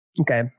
Okay